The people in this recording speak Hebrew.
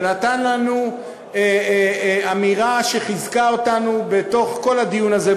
ונתן לנו אמירה שחיזקה אותנו בתוך כל הדיון הזה,